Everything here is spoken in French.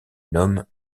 nomme